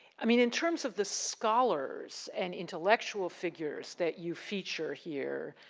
i mean in terms of the scholars and intellectual figures that you feature here,